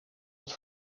het